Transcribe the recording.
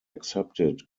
accepted